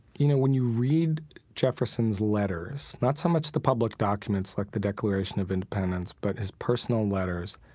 you know when you read jefferson's letters, not so much the public documents like the declaration of independence, but his personal letters,